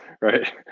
right